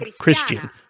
Christian